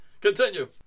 continue